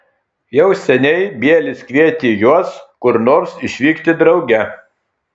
jau seniai bielis kvietė juos kur nors išvykti drauge